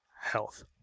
Health